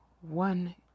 one